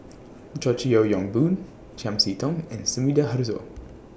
George Yeo Yong Boon Chiam See Tong and Sumida Haruzo